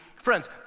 friends